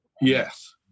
Yes